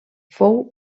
fou